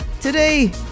Today